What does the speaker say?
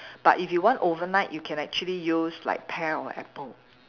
but if you want overnight you can actually use like pear or apple